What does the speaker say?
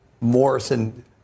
Morrison